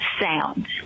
sound